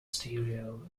stereo